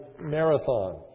marathon